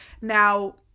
Now